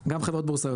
גם חברות בורסאיות,